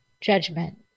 Judgment